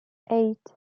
eight